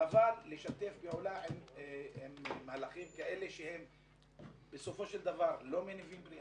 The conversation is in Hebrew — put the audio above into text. חבל לשתף פעולה עם מהלכים כאלה שבסופו של דבר לא מניבים פרי.